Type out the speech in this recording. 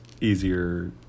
easier